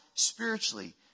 Spiritually